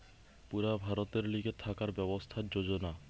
পুরা ভারতের লিগে থাকার ব্যবস্থার যোজনা